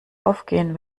aufgehen